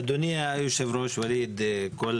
אדוני היושב-ראש, כל